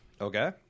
Okay